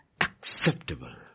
acceptable